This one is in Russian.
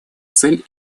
цель